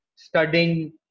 studying